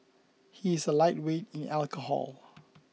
he is a lightweight in alcohol